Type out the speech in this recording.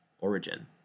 Origin